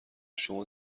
شما